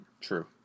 True